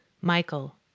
Michael